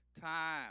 time